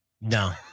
No